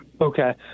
Okay